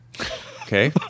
okay